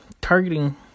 targeting